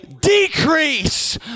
Decrease